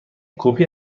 کپی